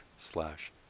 slash